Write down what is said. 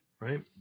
right